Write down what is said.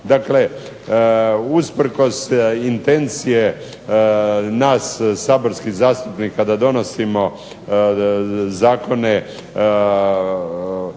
Dakle, usprkos intencije nas saborskih zastupnika da donosimo zakone naše